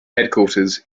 headquarters